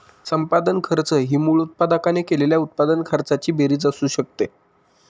संपादन खर्च ही मूळ उत्पादकाने केलेल्या उत्पादन खर्चाची बेरीज असू शकते